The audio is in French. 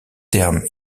terme